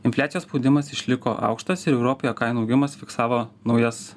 infliacijos spaudimas išliko aukštas ir europoje kainų augimas fiksavo naujas